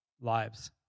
lives